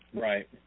Right